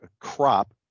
crop